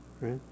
right